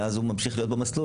ואז הוא ממשיך להיות במסלול.